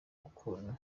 ukuntu